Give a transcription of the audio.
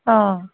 অ'